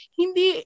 hindi